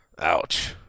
Ouch